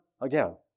again